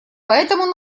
поэтому